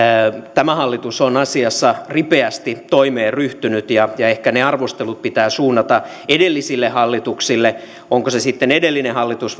tämä hallitus on asiassa ripeästi toimeen ryhtynyt ja ja ehkä ne arvostelut pitää suunnata edellisille hallituksille onko se sitten edellinen hallitus